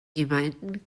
gemeinden